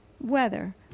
weather